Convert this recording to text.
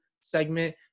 segment